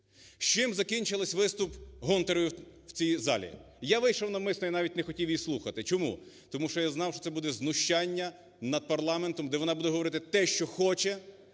Чим закінчився виступ Гонтаревої в цій залі? Я вийшов навмисне і навіть не хотів її слухати. Чому? Тому що я знав, що це буде знущання над парламентом, де вона буде говорити те, що хоче,